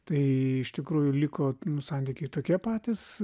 tai iš tikrųjų liko nu santykiai tokie patys